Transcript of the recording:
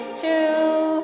true